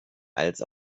als